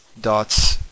dots